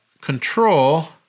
control